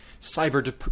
cyber